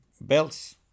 belts